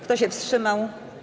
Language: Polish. Kto się wstrzymał?